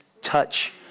touch